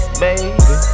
baby